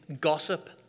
gossip